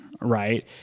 right